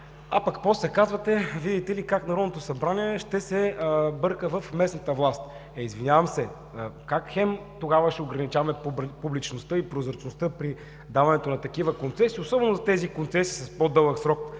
а пък после казвате, видите ли, как Народното събрание ще се бърка в местната власт. Извинявам се, как тогава ще ограничаваме публичността и прозрачността при даването на такива концесии, особено за тези с по-дълъг срок